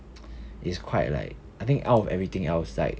it's quite like I think out of everything else is like